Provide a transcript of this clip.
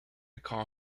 call